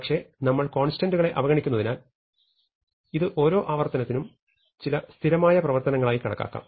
പക്ഷേ നമ്മൾ കോൺസ്റ്റന്റകളെ അവഗണിക്കുന്നതിനാൽ ഇത് ഓരോ ആവർത്തനത്തിനും ചില സ്ഥിരമായ പ്രവർത്തനങ്ങളായി കണക്കാക്കാം